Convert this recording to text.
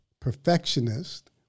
perfectionist